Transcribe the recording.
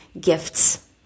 gifts